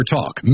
Talk